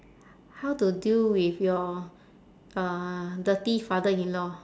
how to deal with your uh dirty father-in-law